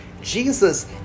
Jesus